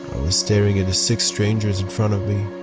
staring at the six strangers in front of me.